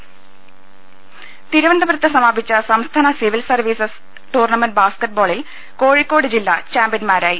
രുടെട്ട്ടെടു തിരുവനന്തപുരത്ത് സമാപിച്ച സംസ്ഥാന സിവിൽ സർവീസ് ടൂർണ മെന്റ് ബാസ്ക്കറ്റ്ബാളിൽ കോഴിക്കോട് ജില്ല ചാമ്പ്യൻമാരായി